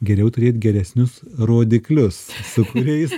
geriau turėt geresnius rodiklius su kuriais